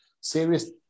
serious